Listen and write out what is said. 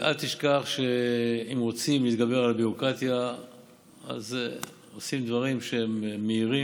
אל תשכח שאם רוצים להתגבר על הביורוקרטיה עושים דברים מהירים,